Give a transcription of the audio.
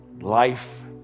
life